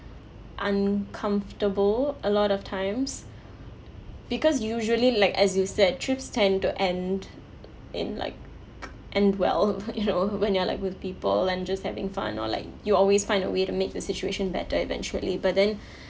uncomfortable a lot of times because usually like as you said trips tend to end in like end well you know when you are like with people and just having fun or like you always find a way to make the situation better eventually but then